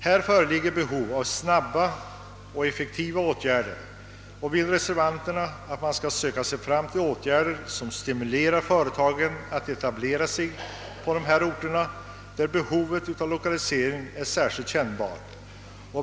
Här föreligger behov av snabb och effektiv hjälp, och reservanterna föreslår ingripanden som stimulerar företagen att etablera sig på de orter där behovet av lokalisering är kännbart.